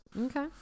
Okay